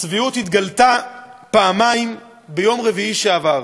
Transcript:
הצביעות התגלתה פעמיים, ביום רביעי שעבר,